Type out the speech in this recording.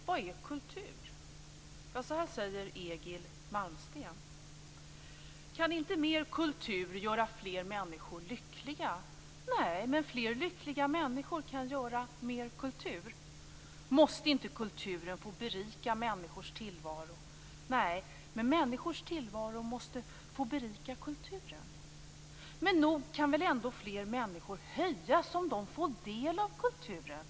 Herr talman! Vad är kultur? Så här säger Egil Malmsten. - Kan inte mer kultur göra fler människor lyckliga? - Nej men fler lyckliga människor kan göra mer kultur. - Måste inte kulturen få berika människornas tillvaro? - Nej men människornas tillvaro måste få berika kulturen. - Men nog kan väl ändå fler människor höjas, om de får del av kulturen?